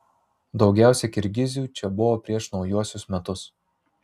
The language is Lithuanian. daugiausiai kirgizių čia buvo prieš naujuosius metus